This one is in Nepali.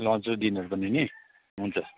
लन्च र डिनर पनि नि हुन्छ